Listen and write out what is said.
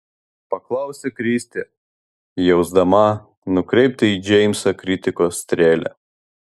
paklausė kristė jausdama nukreiptą į džeimsą kritikos strėlę